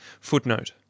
Footnote